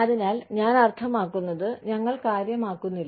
അതിനാൽ ഞാൻ അർത്ഥമാക്കുന്നത് ഞങ്ങൾ കാര്യമാക്കുന്നില്ല